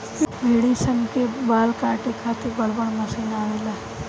भेड़ी सन के बाल काटे खातिर बड़ बड़ मशीन आवेला